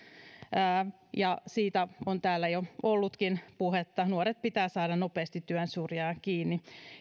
siitä on täällä jo ollutkin puhetta nuoret pitää saada nopeasti työn syrjään kiinni